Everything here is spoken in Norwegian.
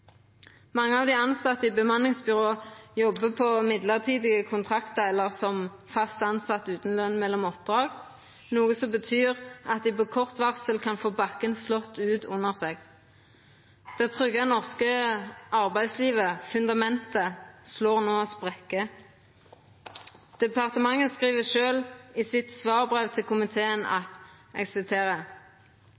Mange av dei tilsette i bemanningsbyråa jobbar på mellombelse kontraktar eller som fast tilsette utan løn mellom oppdrag, noko som betyr at dei på kort varsel kan få bakken slått vekk under seg. Det trygge norske arbeidslivet, fundamentet, slår no sprekkar. Departementet skriv sjølv i